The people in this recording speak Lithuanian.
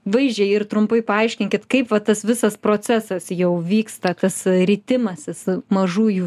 vaizdžiai ir trumpai paaiškinkit kaip va tas visas procesas jau vyksta kas ritimasis mažųjų